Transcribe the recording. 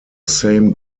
same